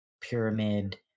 pyramid